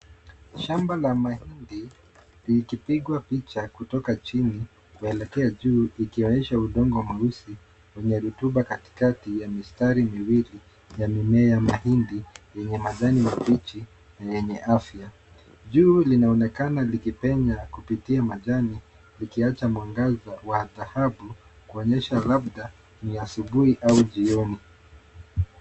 Shamba la mahindi likipigwa picha kutoka chini kuelekea juu ikionyesha udongo mweusi wenye rutuba katikati ya mistari miwili ya mimea mahindi yenye majani mabichi lenye afya. Jua linaonekana likipenya kupitia majani likiacha mwangaza wa dhahabu kunyesha labda ni asubuhi au jioni.